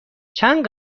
چند